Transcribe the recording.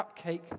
cupcake